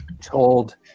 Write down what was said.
told